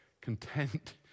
content